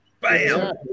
Bam